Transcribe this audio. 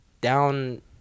down